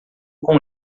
com